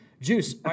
Juice